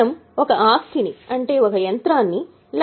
మనము ఒక ఆస్తిని అంటే ఒక యంత్రాన్ని రూ